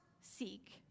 seek